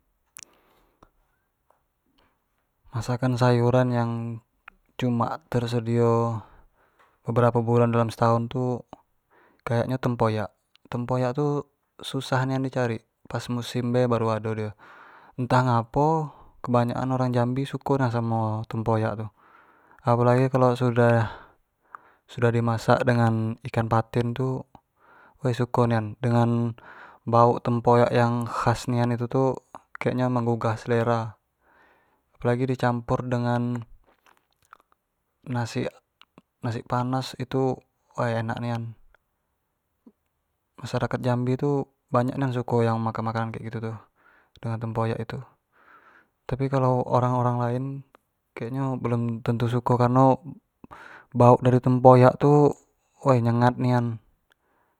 asmasakan sayuran yang cuma tersedio beberapo bulan dalam setahun tu kayak nyo tempoyakn, tempoyak tu susah nain di cari pas musim be baru ado dio, entah ngapo kebanyak an orang jambi suko nian samo tempoyak tu apolagi kalua sudah di masak samo ikan patin tu suko nian dengan bauk tempoyak yang khas nian itu tu kayak nyo menggugah selera, apolagi di campur dengan nasi nasi panas itu woi enak nian, masyarakat jambi tu banyak nian suko yang makan-makan yang kek gitu tu dengan tempoyak itu, tapi kalo orang-orang lain kek nyo belum tentu suko kareno bauk dari tempyak tu woi nyengat nian.